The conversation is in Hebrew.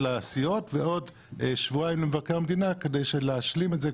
לסיעות ועוד שבועיים למבקר המדינה כדי להשלים את זה,